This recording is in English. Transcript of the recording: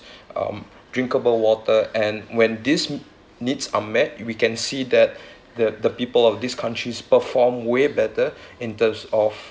um drinkable water and when these mm needs are met we can see that the the people of these countries perform way better in terms of